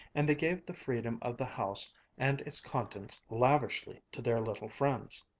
and they gave the freedom of the house and its contents lavishly to their little friends.